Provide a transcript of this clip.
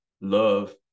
love